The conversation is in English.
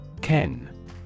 ken